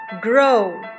grow